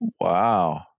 Wow